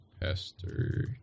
Pastor